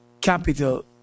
capital